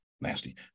nasty